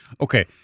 okay